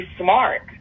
smart